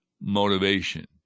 motivation